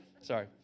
Sorry